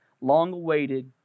long-awaited